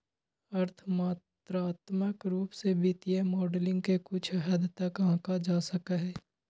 अर्थ मात्रात्मक रूप से वित्तीय मॉडलिंग के कुछ हद तक आंका जा सका हई